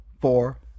four